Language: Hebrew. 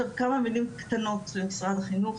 עכשיו כמה מילים למשרד החינוך,